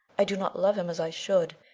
i do not love him as i should,